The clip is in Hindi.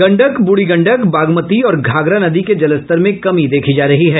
गंडक बूढ़ी गंडक बागमती और घाघरा नदी के जलस्तर में कमी देखी जा रही है